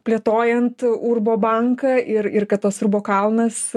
plėtojant urbo banką ir ir kad tas urbo kalnas